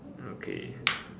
okay